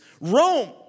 Rome